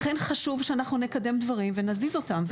לכן חשוב שאנחנו נקדם דברים ונזיז אותם.